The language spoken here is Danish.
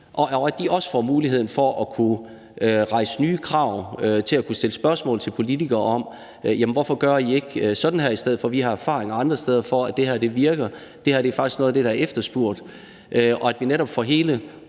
og at de også får mulighed for at kunne rejse nye krav og for at kunne stille spørgsmål til politikere om, hvorfor de ikke gør sådan og sådan i stedet for, og kan sige, at de har erfaringer andre steder fra med, at det og det virker, og at det faktisk er noget af det, der er efterspurgt – at vi netop får hele